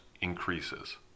increases